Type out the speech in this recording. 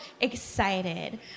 excited